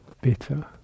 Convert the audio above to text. bitter